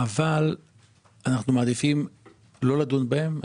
אבל אנחנו מעדיפים לא לדון בהן.